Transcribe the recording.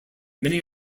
many